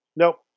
Nope